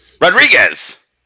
Rodriguez